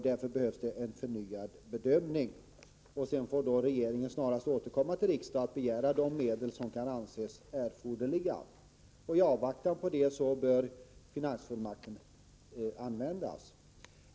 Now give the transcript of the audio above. Därför behövs en förnyad bedömning, Sedan får regeringen återkomma till riksdagen och begära de medel som kan anses erforderliga. I avvaktan på detta bör finansfullmakten användas.